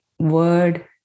Word